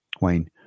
Wayne